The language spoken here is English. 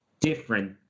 different